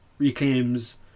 reclaims